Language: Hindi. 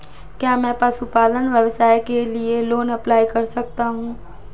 क्या मैं पशुपालन व्यवसाय के लिए लोंन अप्लाई कर सकता हूं?